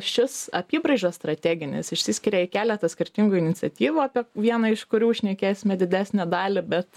šis apybraižas strateginis išsiskiria į keletą skirtingų iniciatyvų apie vieną iš kurių šnekėsime didesnę dalį bet